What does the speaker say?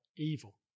evil